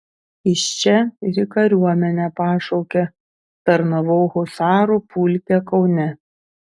iš čia ir į kariuomenę pašaukė tarnavau husarų pulke kaune